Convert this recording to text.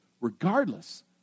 regardless